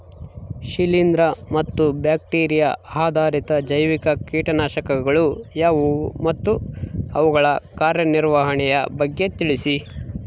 ಶಿಲೇಂದ್ರ ಮತ್ತು ಬ್ಯಾಕ್ಟಿರಿಯಾ ಆಧಾರಿತ ಜೈವಿಕ ಕೇಟನಾಶಕಗಳು ಯಾವುವು ಮತ್ತು ಅವುಗಳ ಕಾರ್ಯನಿರ್ವಹಣೆಯ ಬಗ್ಗೆ ತಿಳಿಸಿ?